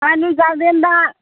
pine wood ꯒꯥꯔꯗꯦꯟꯗ